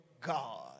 God